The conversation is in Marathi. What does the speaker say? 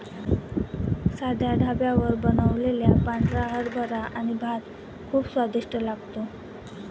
साध्या ढाब्यावर बनवलेला पांढरा हरभरा आणि भात खूप स्वादिष्ट लागतो